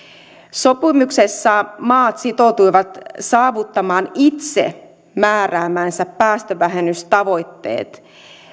sopimuksessa maat sitoutuivat saavuttamaan itse määräämänsä päästövähennystavoitteet